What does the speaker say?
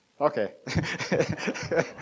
Okay